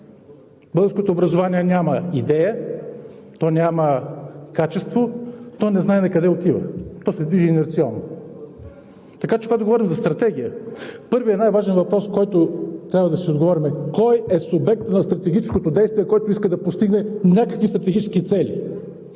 Българското образование няма идея, то няма качество, то не знае накъде отива. То се движи инерционно. Така че, когато говорим за стратегия, първият най-важен въпрос, на който трябва да си отговорим, е: кой е субект в стратегическото действие, който иска да постигне някакви стратегически цели?